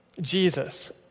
Jesus